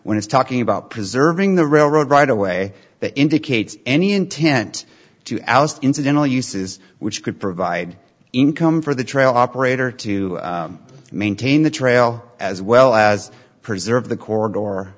when it's talking about preserving the railroad right away that indicates any intent to oust incidental uses which could provide income for the trail operator to maintain the trail as well as preserve the co